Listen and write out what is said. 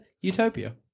utopia